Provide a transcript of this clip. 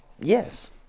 yes